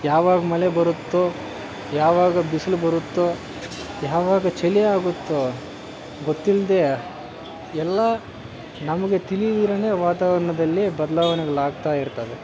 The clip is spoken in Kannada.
ಯಾವಾಗ ಮಳೆ ಬರುತ್ತೋ ಯಾವಾಗ ಬಿಸಿಲು ಬರುತ್ತೋ ಯಾವಾಗ ಚಳಿ ಆಗುತ್ತೋ ಗೊತ್ತಿಲ್ಲದೇ ಎಲ್ಲ ನಮಗೆ ತಿಳಿದಿರ ವಾತಾವರಣದಲ್ಲಿ ಬದಲಾವಣೆಗಳು ಆಗ್ತಾಯಿರ್ತದೆ